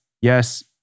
yes